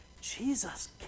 Jesus